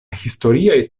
historiaj